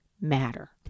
matter